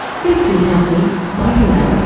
thanks for your company bye for now